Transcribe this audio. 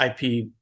IP